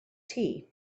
tea